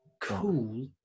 cool